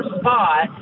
spot